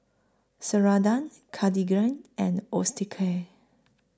Ceradan Cartigain and Osteocare